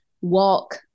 walk